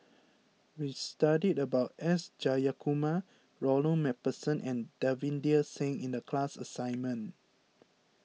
we studied about S Jayakumar Ronald MacPherson and Davinder Singh in the class assignment